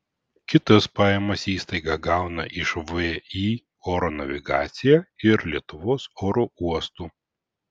kitas pajamas įstaiga gauna iš vį oro navigacija ir lietuvos oro uostų